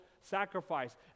sacrifice